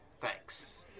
thanks